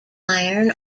iron